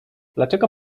dlaczego